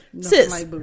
Sis